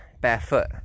barefoot